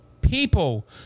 people